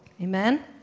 Amen